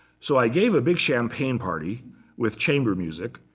so i gave a big champagne party with chamber music,